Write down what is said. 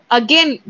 again